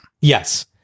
Yes